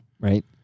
Right